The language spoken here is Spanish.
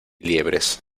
liebres